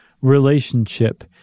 relationship